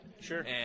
Sure